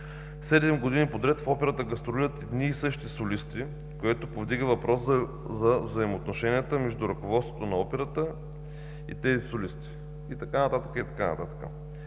години подред в операта гастролират едни и същи солисти, което повдига въпроса за взаимоотношенията между ръководството на операта и тези солисти“, и така нататък.